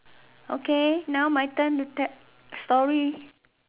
okay now my turn to tap story